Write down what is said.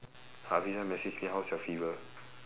hafeezah messaged me how's your fever